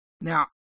Now